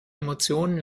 emotionen